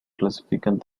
clasifican